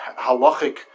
halachic